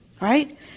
Right